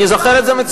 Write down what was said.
אני זוכר את זה מצוין.